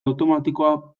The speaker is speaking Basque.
automatikoa